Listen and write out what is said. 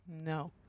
No